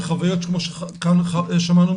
שחוויות כמו שכאן שמענו,